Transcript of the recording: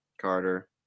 Carter